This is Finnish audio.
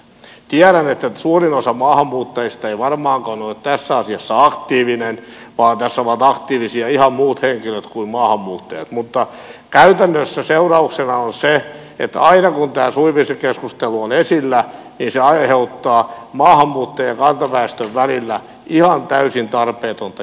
tiedän että suurin osa maahanmuuttajista ei varmaankaan ole tässä asiassa aktiivinen vaan tässä ovat aktiivisia ihan muut henkilöt kuin maahanmuuttajat mutta käytännössä seurauksena on se että aina kun tämä suvivirsikeskustelu on esillä se aiheuttaa maahanmuuttajien ja kantaväestön välillä ihan täysin tarpeetonta jännitettä